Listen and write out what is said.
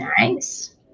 Nice